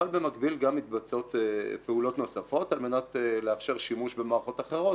אבל במקביל גם מתבצעות פעולות נוספות על מנת לאפשר שימוש במערכות אחרות.